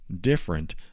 different